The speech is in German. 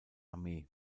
armee